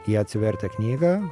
jie atsivertę knygą